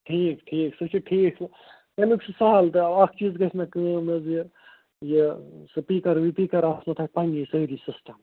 ٹھیٖک ٹھیٖک سُہ چھُ ٹھیٖک تَمیُک چھُ سہل تہٕ اَکھ چیٖز گژھِ مےٚ کٲم حظ یہِ یہِ سُپیٖکَر وُپیٖکَر آسہٕ نَو تۄہہِ پَنٕنی سٲری سِسٹَم